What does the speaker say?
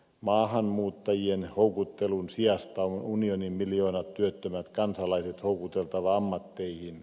maahanmuuttajien houkuttelun sijasta on unionin miljoonat työttömät kansalaiset houkuteltava ammatteihin